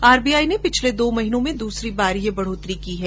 RBI ने पिछले दो महीने मे दूसरी बार बढोतरी की है